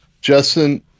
Justin